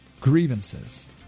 grievances